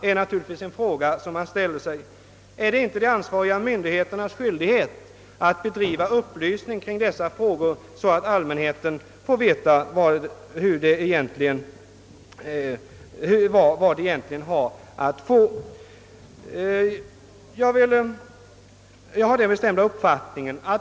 Är det inte de ansvariga myndigheternas skyldighet att bedriva upplysning kring dessa frågor så att alla får veta vilken hjälp de är berättigade till?